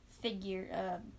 figure